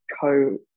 co